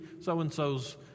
so-and-so's